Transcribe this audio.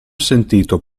sentito